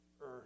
earth